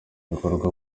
ibikorerwa